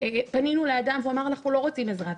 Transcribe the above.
פנינו לאדם והוא אמר: אנחנו לא רוצים עזרה,